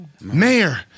Mayor